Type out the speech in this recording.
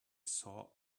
saw